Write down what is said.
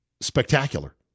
spectacular